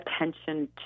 attention